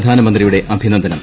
പ്രധാനമന്ത്രിയുടെ ്അഭിനന്ദനം